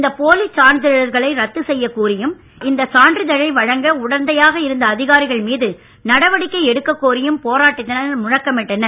இந்த போலிச் சான்றிதழ்களை ரத்து செய்யக் கோரியும் இந்த சான்றிதழை வழங்க உடந்தையாக இருந்த அதிகாரிகள் மீது நடவடிக்கை எடுக்கக் கோரியும் போராட்டத்தினர் முழக்கமிட்டனர்